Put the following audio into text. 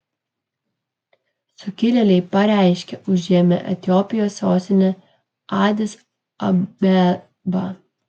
sukilėliai pareiškė užėmę etiopijos sostinę adis abebą